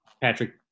Patrick